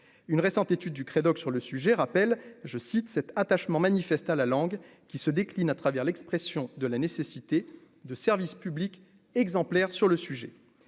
une récente étude du Crédoc sur le sujet, rappelle je cite cet attachement manifesté à la langue qui se décline à travers l'expression de la nécessité de service public exemplaire sur le sujet,